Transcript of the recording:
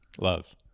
Love